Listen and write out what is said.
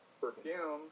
perfume